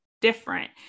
different